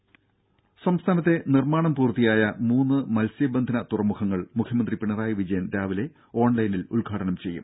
രുര സംസ്ഥാനത്തെ നിർമ്മാണം പൂർത്തിയായ മൂന്ന് മത്സ്യബന്ധന തുറമുഖങ്ങൾ മുഖ്യമന്ത്രി പിണറായി വിജയൻ രാവിലെ ഓൺലൈനിൽ ഉദ്ഘാടനം ചെയ്യും